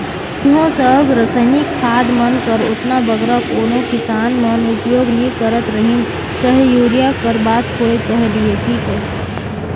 इहों सब रसइनिक खाद मन कर ओतना बगरा कोनो किसान मन उपियोग नी करत रहिन चहे यूरिया कर बात होए चहे डी.ए.पी कर